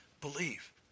Believe